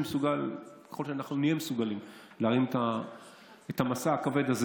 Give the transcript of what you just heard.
ככל שנהיה מסוגלים להרים את המשא הכבד הזה